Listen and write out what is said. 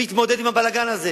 מי יתמודד עם הבלגן הזה?